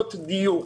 יחידות דיור.